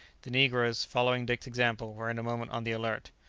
the negroes, following dick's example, were in a moment on the alert.